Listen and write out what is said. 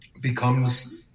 becomes